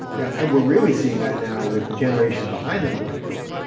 yeah, and we're really seeing that now with the generation behind the millennials,